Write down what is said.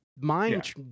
mind